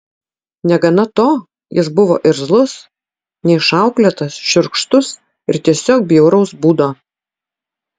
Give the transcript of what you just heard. negana to jis buvo irzlus neišauklėtas šiurkštus ir tiesiog bjauraus būdo